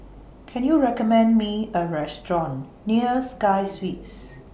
Can YOU recommend Me A Restaurant near Sky Suites